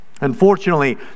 Unfortunately